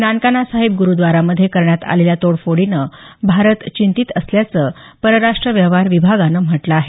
नानकाना साहिब ग्रुद्वारामध्ये करण्यात आलेल्या तोडफोडीनं भारत चिंतीत असल्याचं परराष्ट व्यवहार विभागानं म्हटलं आहे